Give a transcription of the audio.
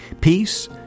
Peace